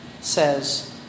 says